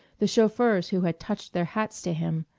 the chauffeurs who had touched their hats to him,